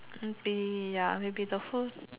must be ya maybe the first